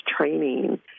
training